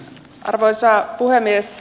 arvoisa puhemies